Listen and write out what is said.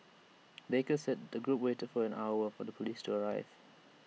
baker said the group waited for an hour for the Police to arrive